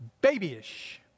babyish